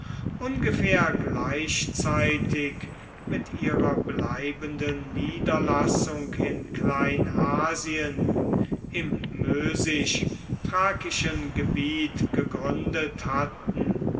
ungefähr gleichzeitig mit ihrer bleibenden niederlassung in kleinasien im mösisch thrakischen gebiet gegründet hatten